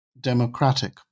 democratic